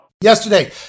Yesterday